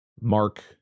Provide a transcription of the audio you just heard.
Mark